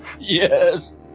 Yes